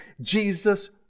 Jesus